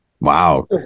Wow